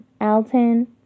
Alton